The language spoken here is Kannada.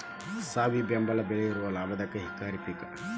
ಸಾವಿ ಬೆಂಬಲ ಬೆಲೆ ಇರುವ ಲಾಭದಾಯಕ ಹಿಂಗಾರಿ ಪಿಕ್